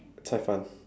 cai- fan